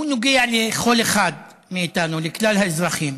הוא נוגע לכל אחד מאיתנו, לכלל האזרחים.